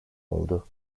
oldu